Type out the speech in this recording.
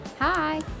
Hi